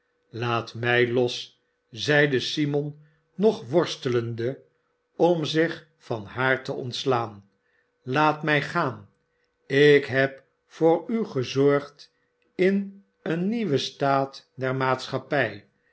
laat mij los zeide simon nog worstelende om zich van haar te ontslaan slaat mij gaan ik heb voor u gezorgd in een nieuwen staat der maatschappij